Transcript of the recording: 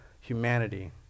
humanity